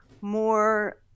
more